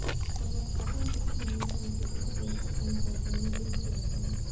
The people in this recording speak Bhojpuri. हमरा खाता मे इ महीना मे केतना पईसा आइल ब तनि देखऽ क बताईं?